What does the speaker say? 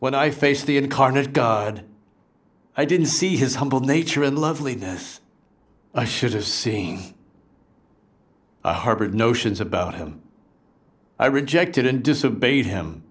when i face the incarnate god i didn't see his humble nature in loveliness i should have seen the heart of notions about him i rejected and disobeyed him